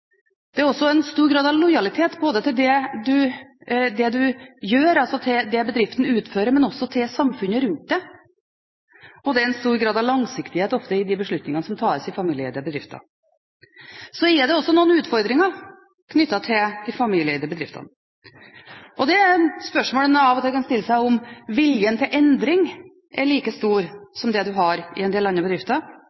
Det er også en stor grad av lojalitet både til det en gjør og det bedriften utfører, men også til samfunnet rundt. Det er ofte en stor grad av langsiktighet i de beslutningene som tas i familieeide bedrifter. Så er det også noen utfordringer knyttet til de familieeide bedriftene. Det er spørsmål en av og til kan stille seg om viljen til endring er like stor